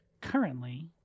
Currently